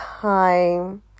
time